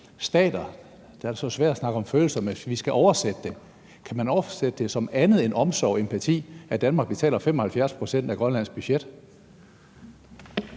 Stater – der er det så sværere at snakke om følelser, men hvis vi skal oversætte det – kan man så oversætte det som andet end omsorg og empati, at Danmark betaler 75 pct. af Grønlands budget?